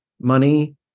money